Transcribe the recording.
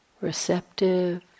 receptive